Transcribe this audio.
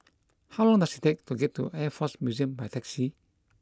how long does it take to get to Air Force Museum by taxi